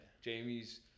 jamie's